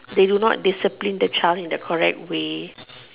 they do not discipline the child in the correct way